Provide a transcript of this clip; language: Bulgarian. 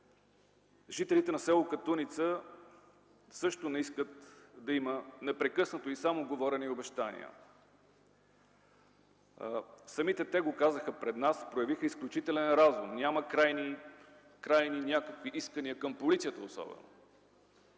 Жителите на с. Катуница също не искат да има непрекъснато и само говорене и обещания. Самите те го казаха пред нас. Проявиха изключителен разум, няма някакви крайни искания към полицията особено.